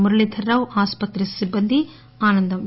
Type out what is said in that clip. మురళీధర్ రావు ఆసుపత్రి సిబ్బంది ఆనందం చేశారు